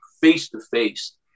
face-to-face